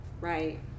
Right